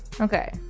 Okay